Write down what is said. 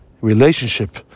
relationship